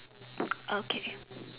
okay